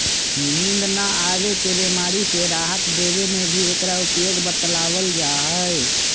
नींद न आवे के बीमारी से राहत देवे में भी एकरा उपयोग बतलावल जाहई